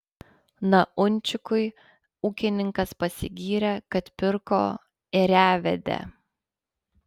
naunčikui ūkininkas pasigyrė kad pirko ėriavedę